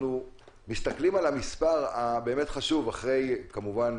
אנחנו מסתכלים על המספר החשוב כמובן,